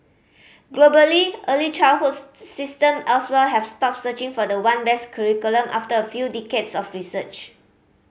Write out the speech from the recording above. globally early childhood system elsewhere have stopped searching for the one best curriculum after a few decades of research